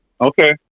Okay